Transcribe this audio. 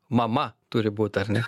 mama turi būt ar ne